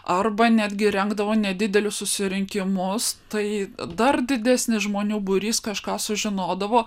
arba netgi rengdavo nedidelius susirinkimus tai dar didesnis žmonių būrys kažką sužinodavo